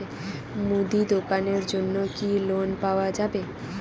মুদি দোকানের জন্যে কি লোন পাওয়া যাবে?